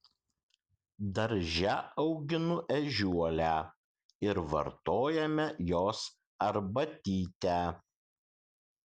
darže auginu ežiuolę ir vartojame jos arbatytę